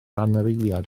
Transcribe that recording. anifeiliaid